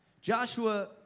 Joshua